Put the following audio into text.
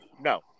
no